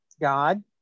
God